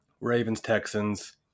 Ravens-Texans